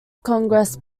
congress